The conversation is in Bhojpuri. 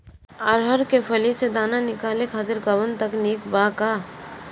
अरहर के फली से दाना निकाले खातिर कवन तकनीक बा का?